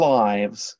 lives